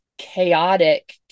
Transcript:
chaotic